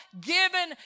given